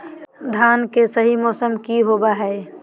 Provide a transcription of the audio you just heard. धान के सही मौसम की होवय हैय?